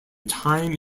time